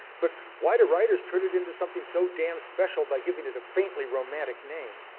but why do writers turn it into something so damn special by giving it a faintly romantic name?